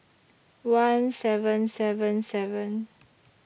one seven seven seven